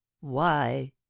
Why